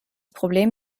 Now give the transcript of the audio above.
problem